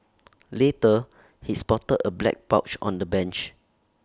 later he spotted A black pouch on the bench